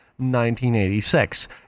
1986